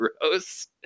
gross